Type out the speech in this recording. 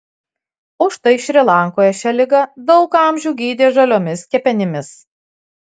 o štai šri lankoje šią ligą daug amžių gydė žaliomis kepenimis